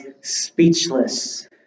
speechless